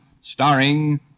starring